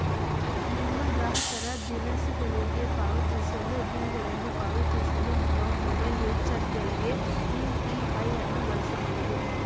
ನಿಮ್ಮ ಗ್ರಾಹಕರು ದಿನಸಿಗಳಿಗೆ ಪಾವತಿಸಲು, ಬಿಲ್ ಗಳನ್ನು ಪಾವತಿಸಲು ಅಥವಾ ಮೊಬೈಲ್ ರಿಚಾರ್ಜ್ ಗಳ್ಗೆ ಯು.ಪಿ.ಐ ನ್ನು ಬಳಸಬಹುದು